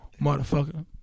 Motherfucker